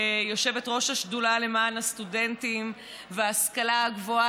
כיושבת-ראש השדולה למען הסטודנטים וההשכלה הגבוהה,